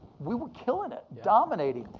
we were killing it, dominating.